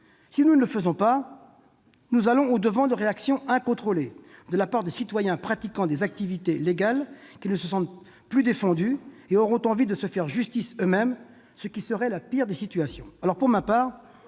Si nous ne le faisons pas, nous allons au-devant de réactions incontrôlées de la part de citoyens pratiquant des activités légales et qui, ne se sentant plus défendus, auront envie de se faire justice eux-mêmes, ce qui serait la pire des situations.